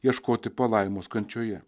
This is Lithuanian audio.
ieškoti palaimos kančioje